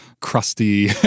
crusty